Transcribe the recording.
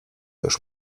już